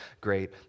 great